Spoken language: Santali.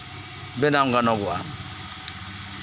ᱵᱮᱱᱟᱣ ᱜᱟᱱᱚᱜᱼᱟ